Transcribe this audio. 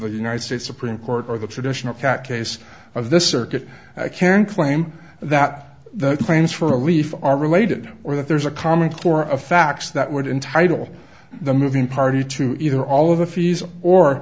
the united states supreme court or the traditional cut case of the circuit can claim that the claims for a leaf are related or that there's a common core of facts that would entitle the moving party to either all of the fees or